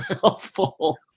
helpful